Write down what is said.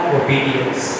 obedience